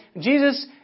Jesus